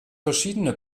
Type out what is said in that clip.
verschiedene